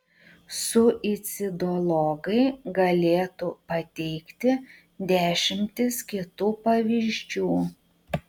suicidologai galėtų pateikti dešimtis kitų pavyzdžių